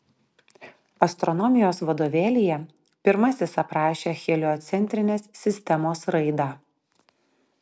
astronomijos vadovėlyje pirmasis aprašė heliocentrinės sistemos raidą